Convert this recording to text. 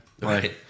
Right